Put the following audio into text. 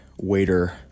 waiter